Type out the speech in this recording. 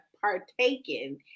partaken